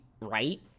right